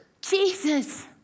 Jesus